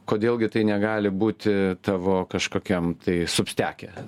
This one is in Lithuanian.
kodėl gi tai negali būti tavo kažkokiam tai supsteke